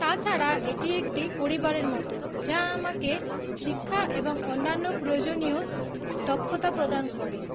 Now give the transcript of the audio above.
তাছাড়া এটি একটি পরিবারের মতো যা আমাকে শিক্ষা এবং অন্যান্য প্রয়োজনীয় দক্ষতা প্রদান করে